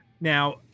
now